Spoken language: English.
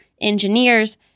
engineers